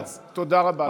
השר כץ, תודה רבה.